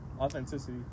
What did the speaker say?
authenticity